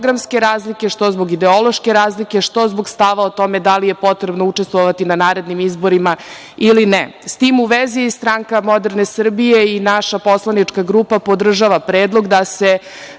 što zbog ideološke razlike, što zbog stava o tome da li je potrebno učestvovati na narednim izborima ili ne.S tim u vezi Stranaka moderne Srbije i naša poslanička grupa podržava predlog da se